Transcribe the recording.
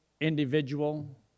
individual